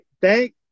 thank